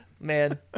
man